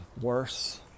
worse